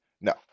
No